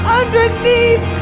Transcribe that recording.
underneath